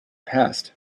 passed